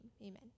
amen